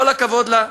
כל הכבוד לה,